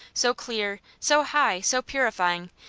so clear, so high, so purifying,